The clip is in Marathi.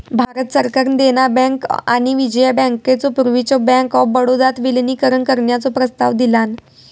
भारत सरकारान देना बँक आणि विजया बँकेचो पूर्वीच्यो बँक ऑफ बडोदात विलीनीकरण करण्याचो प्रस्ताव दिलान